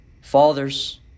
fathers